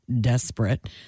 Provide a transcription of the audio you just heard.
Desperate